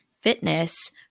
fitness